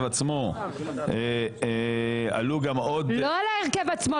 עצמו עלו גם עוד --- לא על ההרכב עצמו,